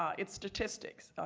ah it's statistics.